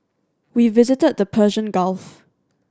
we visited the Persian Gulf